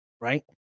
right